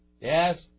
Yes